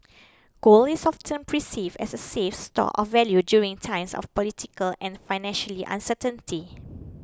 gold is often perceived as a safe store of value during times of political and financially uncertainty